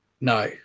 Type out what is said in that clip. No